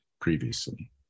previously